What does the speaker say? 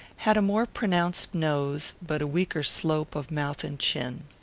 had a more pronounced nose, but a weaker slope of mouth and chin.